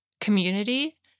community